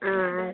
ஆ ஆ